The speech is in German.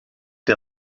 der